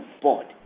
board